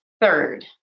Third